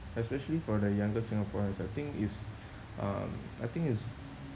especially for the younger singaporeans I think it's um I think it's